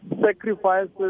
sacrifices